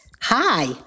hi